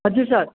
हजुर सर